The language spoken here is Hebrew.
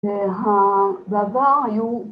‫הדבר היו...